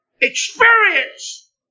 experience